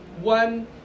one